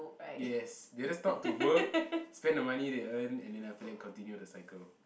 yes they're just taught to work spend the money they earn and then after that continue the cycle